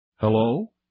Hello